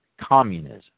communism